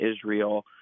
Israel